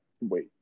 wait